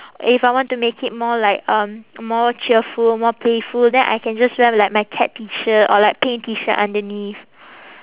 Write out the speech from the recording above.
if I want to make it more like um more cheerful or more playful then I can just wear like my cat T shirt or like plain T shirt underneath